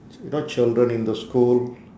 you know children in the school